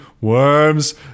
worms